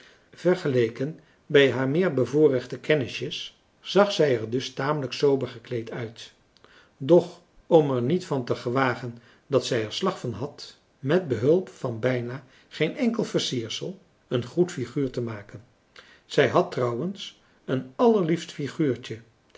vergeleken bij haar meer bevoorrechte kennisjes zag zij er dus tamelijk sober gekleed uit doch om er niet van te gewagen dat zij er slag van had met behulp van bijna geen enkel versiersel een goed figuur te maken zij had trouwens een